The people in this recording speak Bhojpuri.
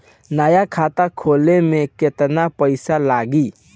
नया खाता खोले मे केतना पईसा लागि?